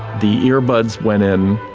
the earbuds went in,